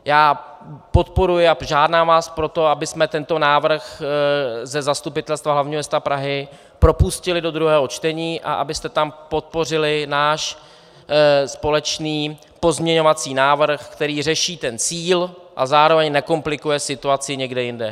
Já podporuji, a žádám vás proto, abychom tento návrh ze Zastupitelstva hlavního města Prahy propustili do druhého čtení a abyste tam podpořili náš společný pozměňovací návrh, který řeší ten cíl a zároveň nekomplikuje situaci někde jinde.